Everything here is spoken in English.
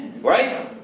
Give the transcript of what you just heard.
right